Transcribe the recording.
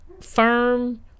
firm